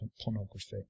pornography